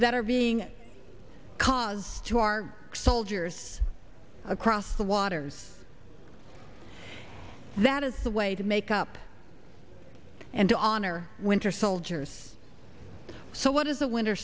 that are being caused to our soldiers across the waters that is the way to make up and to honor winter soldiers so what is a winter